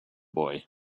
boy